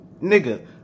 Nigga